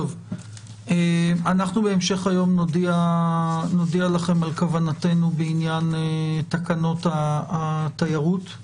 אנחנו בהמשך היום נודיע לכם על כוונתנו בעניין תקנות התיירות.